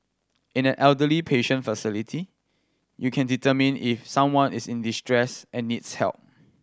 in an elderly patient facility you can determine if someone is in distress and needs help